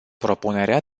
propunerea